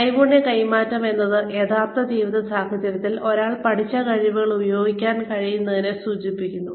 നൈപുണ്യ കൈമാറ്റം എന്നത് യഥാർത്ഥ ജീവിത സാഹചര്യങ്ങളിൽ ഒരാൾ പഠിച്ച കഴിവുകൾ ഉപയോഗിക്കാൻ കഴിയുന്നതിനെ സൂചിപ്പിക്കുന്നു